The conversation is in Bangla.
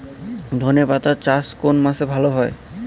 ধনেপাতার চাষ কোন মাসে ভালো হয়?